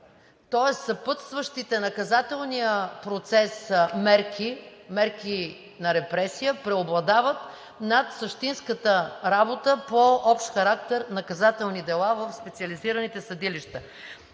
Тоест съпътстващите наказателния процес мерки – мерки на репресия, преобладават над същинската работа по общ характер наказателни дела в специализираните съдилища.